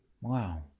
Wow